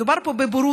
מדובר פה בבורות,